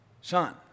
Sean